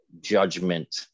judgment